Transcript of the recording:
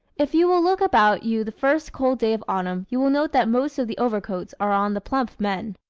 if you will look about you the first cold day of autumn you will note that most of the overcoats are on the plump men.